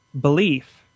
belief